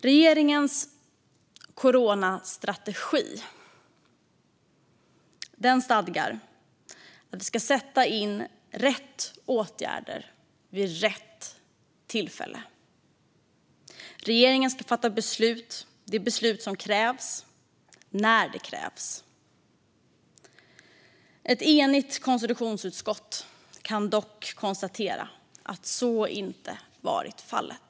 Regeringens coronastrategi stadgar att man ska sätta in rätt åtgärder vid rätt tillfälle. Regeringen ska fatta de beslut som krävs när de krävs. Ett enigt konstitutionsutskott kan dock konstatera att så inte har varit fallet.